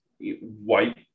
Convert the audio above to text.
white